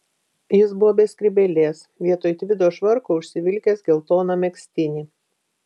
jis buvo be skrybėlės vietoj tvido švarko užsivilkęs geltoną megztinį